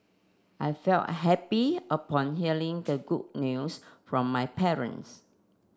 I felt happy upon hearing the good news from my parents